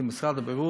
כמשרד הבריאות,